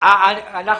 מורחב.